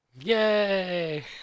Yay